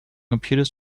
computers